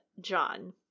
John